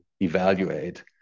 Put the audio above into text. evaluate